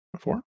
Four